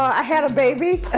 i had a baby